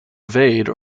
evade